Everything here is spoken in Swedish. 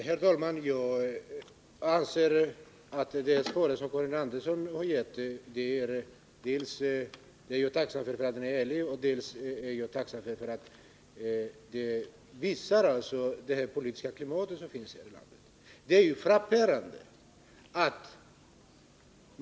Herr talman! Jag är tacksam för att Karin Andersson, när hon besvarar mina frågor, dels är ärlig, dels visar det politiska klimat som råder här i landet.